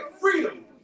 freedom